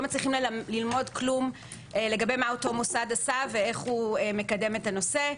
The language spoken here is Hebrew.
מצליחים ללמוד כלום בנוגע למה שאותו מוסד עשה ואיך הוא מקדם את הנושא.